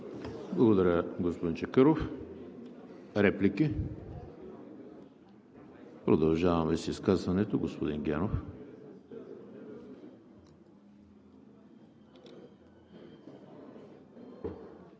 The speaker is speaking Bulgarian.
Благодаря, господин Чакъров. Реплики? Продължаване с изказването. Господин Генов.